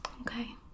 Okay